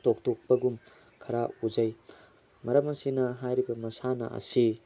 ꯇꯣꯞ ꯇꯣꯞꯄꯒꯨꯝ ꯈꯔ ꯎꯖꯩ ꯃꯔꯝ ꯑꯁꯤꯅ ꯍꯥꯏꯔꯤꯕ ꯃꯁꯥꯟꯅ ꯑꯁꯤ